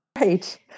Right